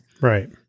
right